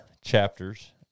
chapters